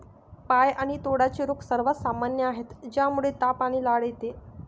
पाय आणि तोंडाचे रोग सर्वात सामान्य आहेत, ज्यामुळे ताप आणि लाळ येते